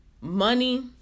money